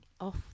Off